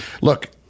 Look